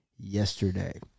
yesterday